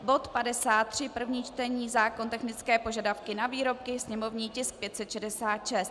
Bod 53 první čtení zákon technické požadavky na výrobky sněmovní tisk 566.